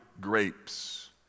grapes